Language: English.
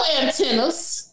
antennas